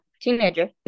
teenager